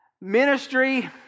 ministry